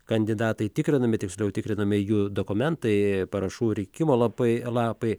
kandidatai tikrinami tiksliau tikrinami jų dokumentai parašų rinkimo lapai lapai